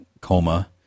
coma